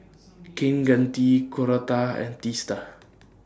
Kaneganti Korata and Teesta